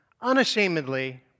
unashamedly